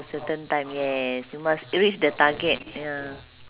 certain time yes you must reach the target ya